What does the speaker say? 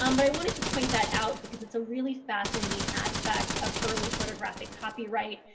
um but i wanted to point that out because it's a really fascinating aspect of early photographic copyright,